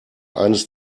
eines